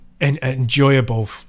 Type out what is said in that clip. enjoyable